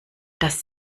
dass